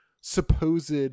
supposed